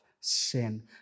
sin